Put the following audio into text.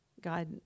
God